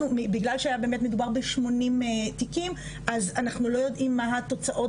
בגלל שבאמת מדובר ב-80 תיקים אז אנחנו לא יודעים מה התוצאות,